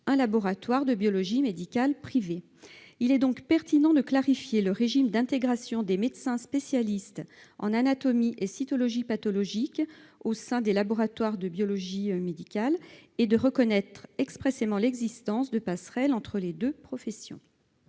un laboratoire de biologie médicale privé. Il est donc pertinent de clarifier le régime d'intégration des médecins spécialistes en anatomie et cytologie pathologiques au sein de ces structures et de reconnaître expressément l'existence de passerelles entre les deux professions.